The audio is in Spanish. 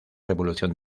revolución